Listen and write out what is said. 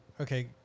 okay